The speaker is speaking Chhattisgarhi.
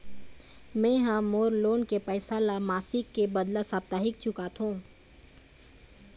में ह मोर लोन के पैसा ला मासिक के बदला साप्ताहिक चुकाथों